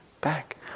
back